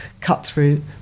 cut-through